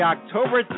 October